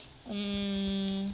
um